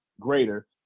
greater